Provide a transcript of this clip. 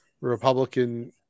Republican